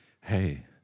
Hey